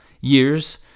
years